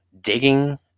digging